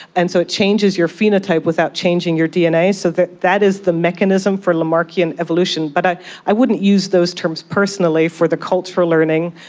and so it changes your phenotype without changing your dna. so that that is the mechanism for lamarckian evolution. but i i wouldn't use those terms personally for the cultural learning,